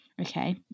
Okay